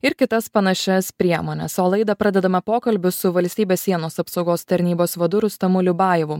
ir kitas panašias priemones o laidą pradedame pokalbiu su valstybės sienos apsaugos tarnybos vadu rustamu liubajevu